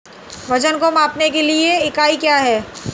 वजन को मापने के लिए इकाई क्या है?